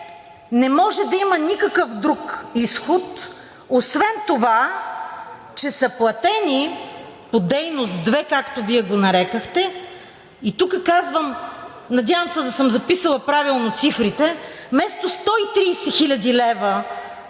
не може да има никакъв друг изход освен това, че са платени по дейност 2, както Вие го нарекохте – и тук казвам, надявам се да съм записала правилно цифрите, вместо 130 хил.